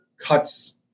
cuts